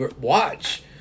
watch